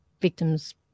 victim's